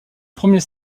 premier